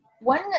One